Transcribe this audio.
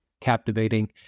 captivating